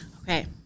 Okay